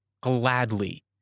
gladly—